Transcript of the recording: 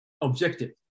objective